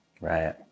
Right